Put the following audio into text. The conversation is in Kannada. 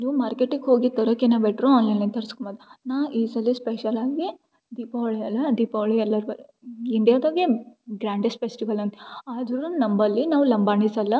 ನೀವು ಮಾರ್ಕೆಟಿಗೆ ಹೋಗಿ ತರೋದ್ಕಿನ್ನ ಬೆಟ್ರು ಆನ್ಲೈನಲ್ಲಿ ತರ್ಸ್ಕೊಂಬೊದು ನಾ ಈ ಸಲ ಸ್ಪೆಷಲ್ ಆಗಿ ದೀಪಾವಳಿ ಅಲ್ಲ ದೀಪಾವಳಿ ಎಲ್ಲಾರಿಗು ಇಂಡಿಯಾದಾಗೆ ಗ್ರಾಂಡೆಸ್ಟ್ ಫೆಸ್ಟಿವಲ್ ಅದು ಆದ್ರು ನಂಬಳಿ ನಾವು ಲಂಬಾಣಿಸ್ ಅಲ್ಲ